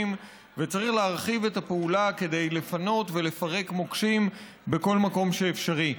וצריך להרחיב את הפעולה כדי לפנות ולפרק מוקשים בכל מקום אפשרי.